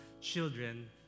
children